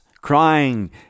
crying